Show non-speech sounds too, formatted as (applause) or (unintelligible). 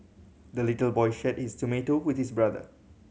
the little boy shared his (unintelligible) with his brother